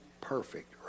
perfect